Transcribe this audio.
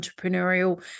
entrepreneurial